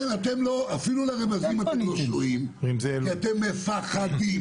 כן, אפילו לרמזים אתם לא שועים, כי אתם מפחדים.